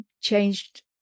changed